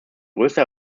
größte